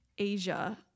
Asia